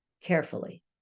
carefully